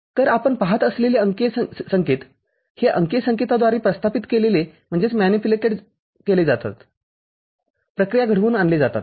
तरआपण पहात असलेले अंकीय संकेत हे अंकीय संकेताद्वारे प्रस्थापित केले जातात प्रक्रिया घडवून आणले जातात